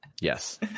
Yes